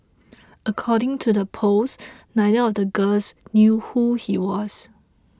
according to the post neither of the girls knew who he was